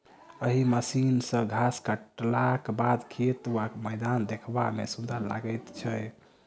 एहि मशीन सॅ घास काटलाक बाद खेत वा मैदान देखबा मे सुंदर लागैत छै